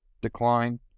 decline